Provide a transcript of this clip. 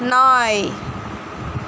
நாய்